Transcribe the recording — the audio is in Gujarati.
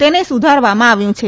તેને સુધારવામાં આવ્યું છે